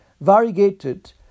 variegated